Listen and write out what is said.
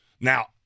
Now